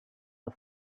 the